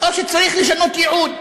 או שצריך לשנות ייעוד,